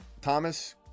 thomas